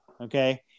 Okay